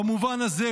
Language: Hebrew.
במובן הזה,